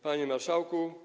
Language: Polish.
Panie Marszałku!